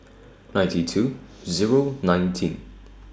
ninety two Zero nineteen